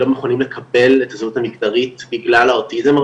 לא מוכנים לקבל את הזהות המגדרית בגלל האוטיזם.